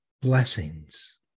blessings